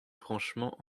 franchement